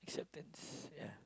acceptance yeah